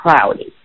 cloudy